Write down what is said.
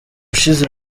ushize